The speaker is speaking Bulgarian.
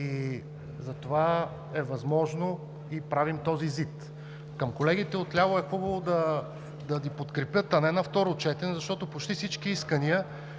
и затова е възможно и правим този ЗИД. Към колегите отляво: хубаво е да ни подкрепят, а не на второ четене, защото почти всички искания